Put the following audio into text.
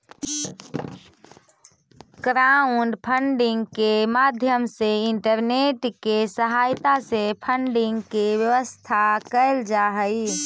crowdfunding के माध्यम से इंटरनेट के सहायता से फंडिंग के व्यवस्था कैल जा हई